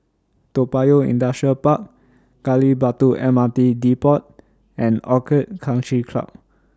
Toa Payoh Industrial Park Gali Batu M R T Depot and Orchid Country Club